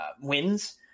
wins